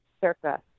Circa